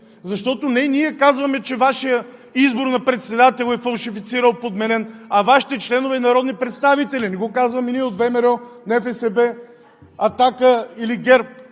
защото не ние казваме, че Вашият избор на председател е фалшифициран, подменен, а Вашите членове и народни представители! Не го казваме ние от ВМРО, НФСБ, „Атака“ или ГЕРБ!